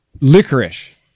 licorice